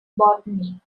botany